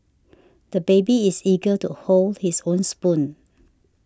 the baby is eager to hold his own spoon